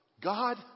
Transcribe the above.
God